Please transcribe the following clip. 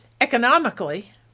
economically